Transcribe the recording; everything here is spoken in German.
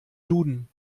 duden